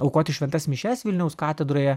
aukoti šventas mišias vilniaus katedroje